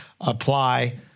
apply